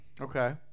Okay